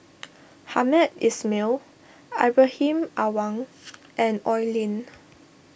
Hamed Ismail Ibrahim Awang and Oi Lin